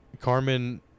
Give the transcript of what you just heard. Carmen